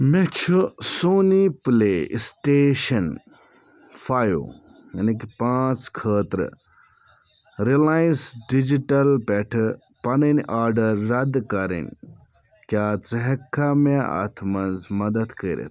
مےٚ چھُ Sony play station five یعنی کہِ پانٛژھ خٲطرٕ رِلاینٛس ڈِجِٹَل پٮ۪ٹھٕ پنٕنۍ آرڈر رد کرٕنۍ کیٛاہ ژٕ ہٮ۪ککھا مےٚ اَتھ منٛز مدد کٔرِتھ